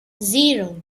zero